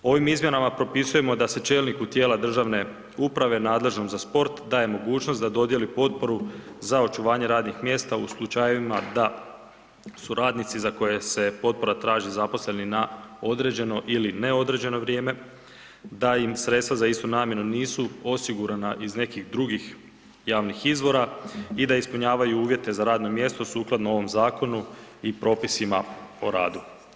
Ovim izmjenama propisujemo da se čelniku tijela državne uprave nadležnom za sport daje mogućnost da dodjeli potporu za očuvanje radnih mjesta u slučajevima da su radnici za koje se potpora traži zaposleni na određeno ili neodređeno vrijeme, da im sredstva za istu namjenu nisu osigurana iz nekih drugih javnih izvora i da ispunjavaju uvjete za radno mjesto sukladno ovom zakonu i propisima o radu.